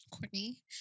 Courtney